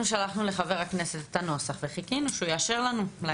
אנחנו שלחנו לחבר הכנסת את הנוסח וחיכינו שהוא יאשר לנו.